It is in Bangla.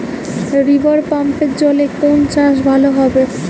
রিভারপাম্পের জলে কোন চাষ ভালো হবে?